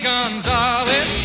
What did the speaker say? Gonzalez